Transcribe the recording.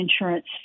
insurance